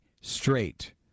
straight